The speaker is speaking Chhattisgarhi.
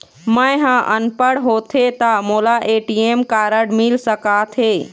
मैं ह अनपढ़ होथे ता मोला ए.टी.एम कारड मिल सका थे?